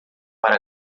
para